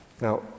Now